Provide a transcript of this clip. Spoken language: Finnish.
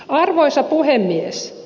arvoisa puhemies